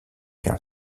qu’un